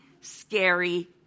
scary